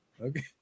Okay